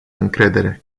încredere